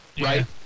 Right